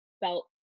felt